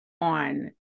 on